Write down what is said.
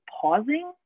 pausing